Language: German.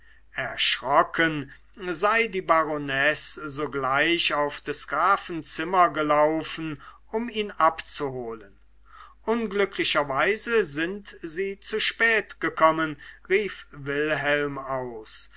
erschrocken sei die baronesse sogleich auf des grafen zimmer gelaufen um ihn abzuholen unglücklicherweise sind sie zu spät gekommen rief wilhelm aus